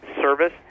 service